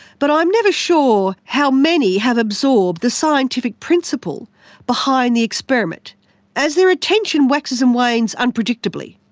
but i'm never sure how many have absorbed the scientific principle behind the experiment as their attention waxes and wanes unpredictably.